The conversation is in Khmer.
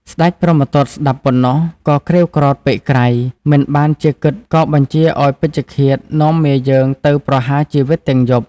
ស្តេចព្រហ្មទត្តស្តាប់ប៉ុណ្ណោះក៏ក្រេវក្រោធពេកក្រៃ មិនបានជាគិតក៏បញ្ជាឱ្យពេជ្ឈឃាតនាំមាយើងទៅប្រហារជីវិតទាំងយប់។